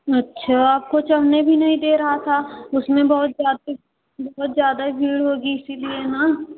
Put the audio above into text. अच्छा आपको चढ़ने भी नहीं दे रहा था उसमें बहोत ज्यादे बौहौत ज्यादा भीड़ होगी इसी लिए हाँ